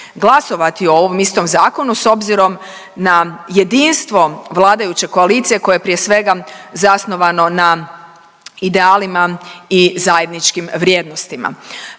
glasovati o ovom istom zakonu s obzirom na jedinstvo vladajuće koalicije koja je prije svega zasnovano na idealima i zajedničkim vrijednostima.